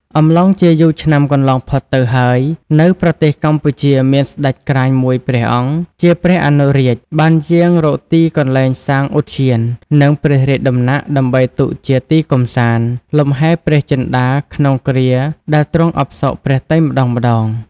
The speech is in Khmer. អំឡុងជាយូរឆ្នាំកន្លងផុតទៅហើយ នៅប្រទេសកម្ពុជាមានស្ដេចក្រាញ់មួយព្រះអង្គ ជាព្រះអនុរាជ បានយាងរកទីកន្លែងសាងឧទ្យាន និងព្រះរាជដំណាក់ ដើម្បីទុកជាទីកម្សាន្ត លំហែព្រះចិន្ដាក្នុងគ្រាដែលទ្រង់អផ្សុកព្រះទ័យម្ដងៗ ។។